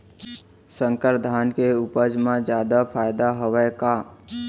संकर धान के उपज मा जादा फायदा हवय का?